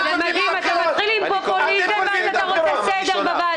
אני קורא אותך לסדר.